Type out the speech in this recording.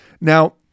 Now